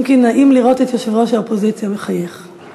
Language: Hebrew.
אם כי נעים לראות את יושב-ראש האופוזיציה מחייך,